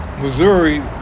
Missouri